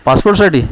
पासपोर्टसाठी